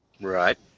Right